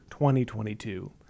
2022